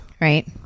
Right